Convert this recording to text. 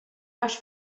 rush